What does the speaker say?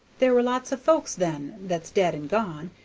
there were lots of folks then that's dead and gone,